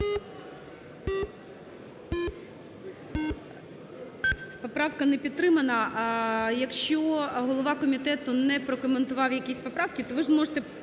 Поправка не підтримана. Якщо голова комітету не прокоментував якісь поправки, то ви зможете